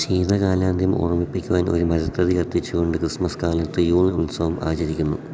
ശീതകാലാന്ത്യം ഓർമ്മിപ്പിക്കുവാൻ ഒരു മരത്തടി കത്തിച്ചു കൊണ്ട് ക്രിസ്തുമസ് കാലത്ത് യൂൾ ഉത്സവം ആചരിക്കുന്നു